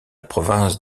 province